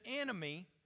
enemy